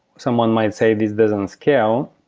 someone might say this doesn't scale,